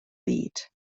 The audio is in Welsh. byd